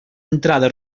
entrada